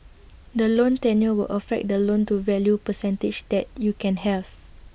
the loan tenure will affect the loan to value percentage that you can have